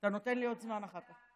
אתה נותן לי עוד זמן אחר כך.